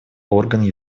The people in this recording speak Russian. орган